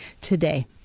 today